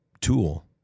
tool